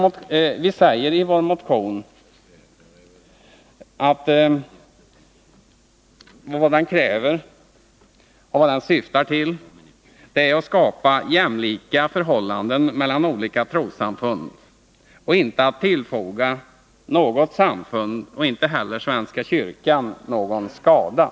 Som vi säger i vår motion syftar vårt krav på kyrkans skiljande från staten till att skapa jämlika förhållanden mellan olika trossamfund och inte till att tillfoga något samfund, inte heller svenska kyrkan, någon skada.